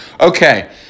Okay